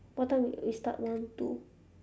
what time we start one two